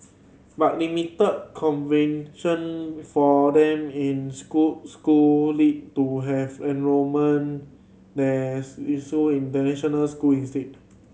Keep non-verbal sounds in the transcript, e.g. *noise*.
but limited convention for them in school school lead to have enrolment their *unintelligible* international school instead